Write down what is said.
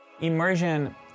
Immersion